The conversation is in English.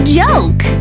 joke